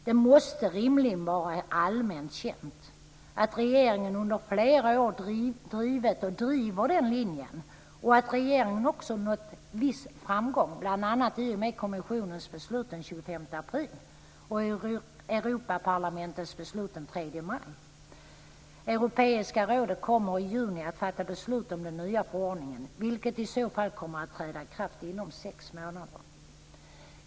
Det måste rimligen vara allmänt känt att regeringen i flera år har drivit, och fortfarande driver, den linjen och att regeringen också har nått viss framgång, bl.a. i och med kommissionens beslut den Europeiska rådet kommer i juni att fatta beslut om den nya förordningen, vilken i så fall kommer att träda i kraft inom sex månader.